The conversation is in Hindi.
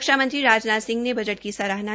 रक्षा मंत्री राजनाथ सिंह ने बजट की सराहना है